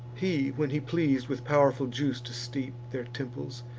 he, when he pleas'd with powerful juice to steep their temples,